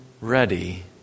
ready